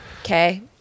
okay